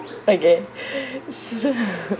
again